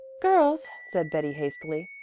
girls, said betty hastily,